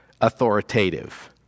authoritative